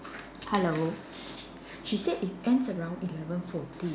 hello she said it ends around eleven forty